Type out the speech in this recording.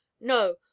No